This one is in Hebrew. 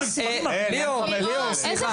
--- ליאור, סליחה.